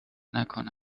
نکنه